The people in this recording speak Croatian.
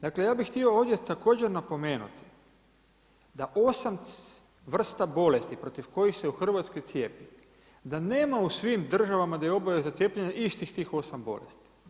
Dakle, ja bih htio ovdje također napomenuti da 8 vrsta bolesti protiv kojih se u Hrvatskoj cijepi, da nema u svim državama da je obaveza cijepljenja istih tih 8 bolesti.